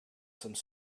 some